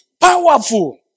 powerful